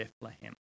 Bethlehem